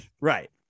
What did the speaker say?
Right